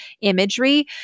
imagery